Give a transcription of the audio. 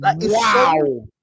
wow